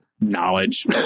knowledge